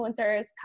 influencers